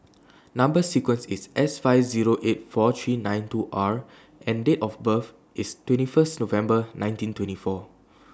Number sequence IS S five Zero eight four three nine two R and Date of birth IS twenty First November nineteen twenty four